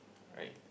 right